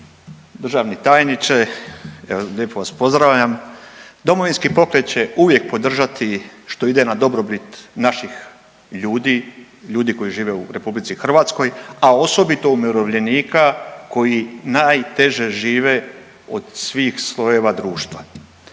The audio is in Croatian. Državni tajniče, lijepo vas pozdravljam. Domovinski pokret će uvijek podržati što ide na dobrobit naših ljudi, ljudi koji žive u RH, a osobito umirovljenika koji najteže žive od svih slojeva društva.